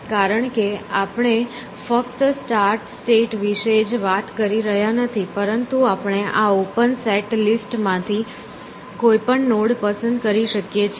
કારણ કે આપણે ફક્ત સ્ટાર્ટ સ્ટેટ વિશે જ વાત કરી રહ્યા નથી પરંતુ આપણે આ ઓપન સેટ લિસ્ટ માંથી કોઈ પણ નોડ પસંદ કરી શકીએ છીએ